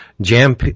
jam